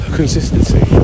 consistency